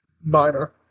minor